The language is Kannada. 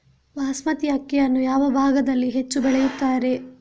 ಬಾಸ್ಮತಿ ಅಕ್ಕಿಯನ್ನು ಯಾವ ಭಾಗದಲ್ಲಿ ಹೆಚ್ಚು ಬೆಳೆಯುತ್ತಾರೆ?